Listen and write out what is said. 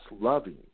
loving